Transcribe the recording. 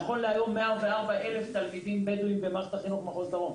נכון להיום 104,000 תלמידים בדואים במערכת החינוך במחוז דרום,